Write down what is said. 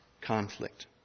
conflict